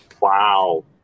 Wow